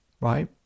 right